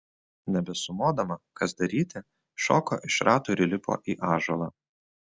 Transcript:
nebesumodama kas daryti šoko iš ratų ir įlipo į ąžuolą